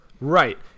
right